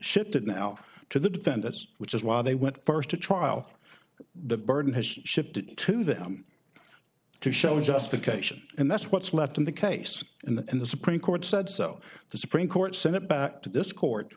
shifted now to the defendants which is why they went first to trial the burden has shifted to them to show just occasion and that's what's left in the case in the end the supreme court said so the supreme court sent it back to this court